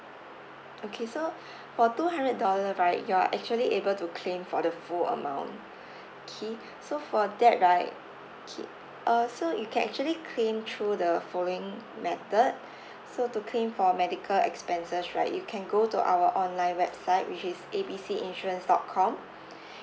okay so for two hundred dollar right you are actually able to claim for the full amount okay so for that right okay uh so you can actually claim through the following method so to claim for medical expenses right you can go to our online website which is A B C insurance dot com